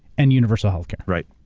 and universal healthcare. right.